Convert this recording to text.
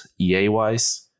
EA-wise